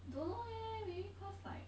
don't know eh maybe cause like